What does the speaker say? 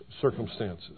circumstances